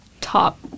top